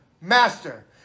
master